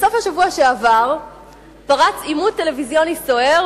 בסוף השבוע שעבר פרץ עימות טלוויזיוני סוער